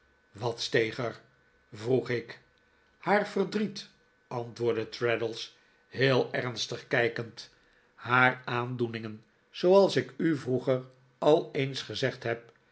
wat steeg er vroeg ik haar verdriet antwoordde traddles heel ernstig kijkend haar aandoeningen zooals ik u vroeger al eens gezegd heb